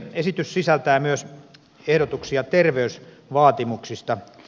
esitys sisältää myös ehdotuksia terveysvaatimuksista